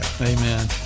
Amen